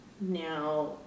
Now